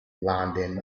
landing